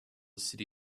city